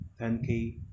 10k